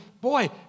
boy